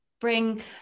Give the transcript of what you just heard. bring